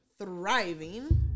thriving